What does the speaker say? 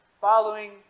following